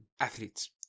athletes